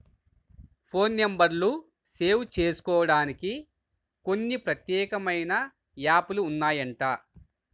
phone నెంబర్లు save జేసుకోడానికి కొన్ని ప్రత్యేకమైన యాప్ లు ఉన్నాయంట